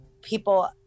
people